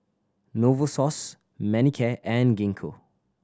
Novosource Manicare and Gingko